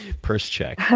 purse check.